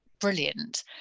brilliant